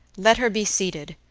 let her be seated,